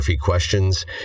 questions